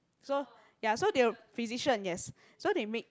so ya so they were physician yes so they make